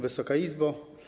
Wysoka Izbo!